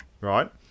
Right